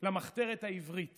לה למחתרת העברית